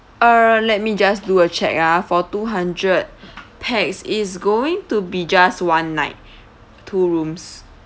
err let me just do a check ah for two hundred pax is going to be just one night two rooms